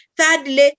Thirdly